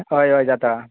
हय हय जाता